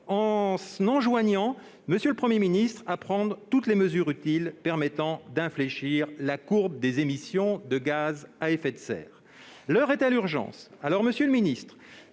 en enjoignant au Premier ministre de « prendre toutes les mesures utiles permettant d'infléchir la courbe des émissions de gaz à effet de serre ». L'heure est donc à l'urgence. Monsieur le ministre,